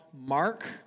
Mark